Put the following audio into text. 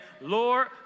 Lord